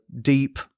deep